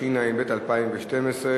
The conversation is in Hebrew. התשע"ב 2012,